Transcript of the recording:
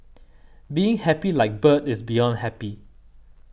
being happy like bird is beyond happy